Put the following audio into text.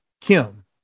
Kim